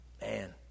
Man